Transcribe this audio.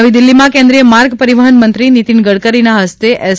નવી દિલ્હીમાં કેન્દ્રીય માર્ગ પરિવહન મંત્રી નીતિન ગડકરીના ફસ્તે એસ